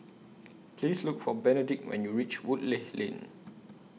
Please Look For Benedict when YOU REACH Woodleigh Lane